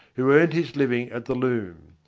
who earned his living at the loom.